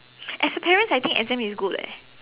as a parent I think exam is good leh